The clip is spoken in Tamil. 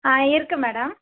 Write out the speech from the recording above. இருக்குது மேடம்